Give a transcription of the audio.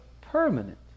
permanent